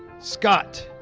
scott,